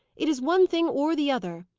it is one thing or the other.